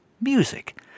music